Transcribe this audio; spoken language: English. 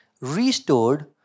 restored